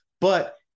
but-